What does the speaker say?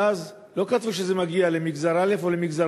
ואז לא כתבו שזה מגיע למגזר א' או למגזר